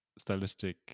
stylistic